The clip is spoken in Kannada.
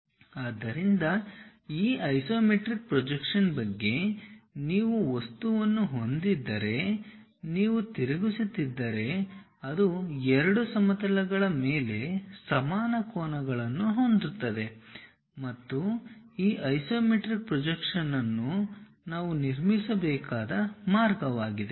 ಆದ್ದರಿಂದ ಈ ಐಸೊಮೆಟ್ರಿಕ್ ಪ್ರೊಜೆಕ್ಷನ್ ಬಗ್ಗೆ ನೀವು ವಸ್ತುವನ್ನು ಹೊಂದಿದ್ದರೆ ನೀವು ತಿರುಗಿಸುತ್ತಿದ್ದರೆ ಅದು ಎರಡೂ ಸಮತಲಗಳ ಮೇಲೆ ಸಮಾನ ಕೋನಗಳನ್ನು ಹೊಂದುತ್ತದೆ ಮತ್ತು ಈ ಐಸೊಮೆಟ್ರಿಕ್ ಪ್ರೊಜೆಕ್ಷನ್ ಅನ್ನು ನಾವು ನಿರ್ಮಿಸಬೇಕಾದ ಮಾರ್ಗವಾಗಿದೆ